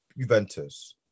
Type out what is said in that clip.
Juventus